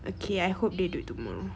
okay I hope they do it tomorrow